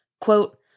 Quote